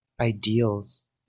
ideals